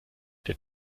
der